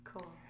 Cool